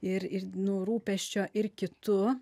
ir ir nu rūpesčio ir kitu